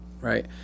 right